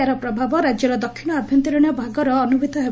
ଏହାର ପ୍ରଭାବ ରାଜ୍ୟର ଦକ୍ଷିଣ ଆଭ୍ୟନ୍ତରୀଶ ଭାଗରେ ଅନୁଭ୍ରତ ହେବ